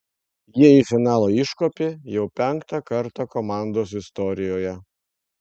jie į finalą iškopė jau penktą kartą komandos istorijoje